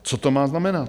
Co to má znamenat?